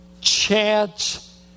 chance